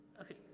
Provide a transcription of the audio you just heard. okay